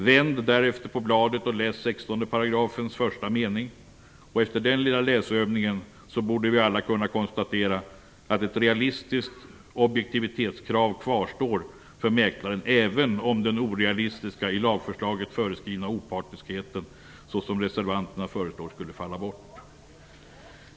Vänd därefter på bladet och läs 16 § första meningen! Efter denna lilla läsövning borde vi alla kunna konstatera att ett realistiskt objektivitetskrav kvarstår för mäklaren även om den orealistiska, i lagförslaget föreskrivna opartiskheten - såsom reservanterna föreslår - skulle falla bort.